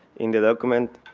in the local and